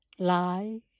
lie